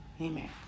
Amen